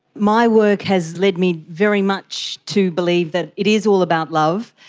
my work has led me very much to believe that it is all about love.